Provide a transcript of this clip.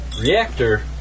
Reactor